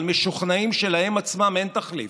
אבל משוכנעים שלהם עצמם אין תחליף.